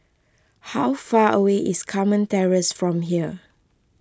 how far away is Carmen Terrace from here